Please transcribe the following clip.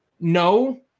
No